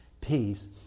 peace